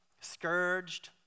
scourged